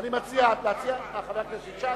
בבקשה, חבר הכנסת שי.